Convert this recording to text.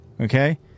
Okay